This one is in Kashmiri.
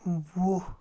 ٲں وُہ